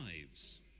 lives